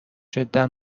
جدا